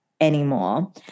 anymore